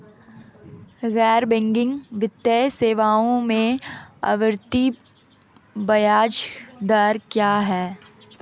गैर बैंकिंग वित्तीय सेवाओं में आवर्ती ब्याज दर क्या है?